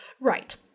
right